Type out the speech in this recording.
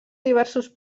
diversos